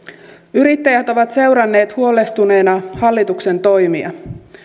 yrittäjät ovat seuranneet huolestuneina hallituksen toimia